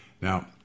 Now